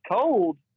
cold